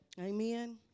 Amen